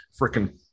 freaking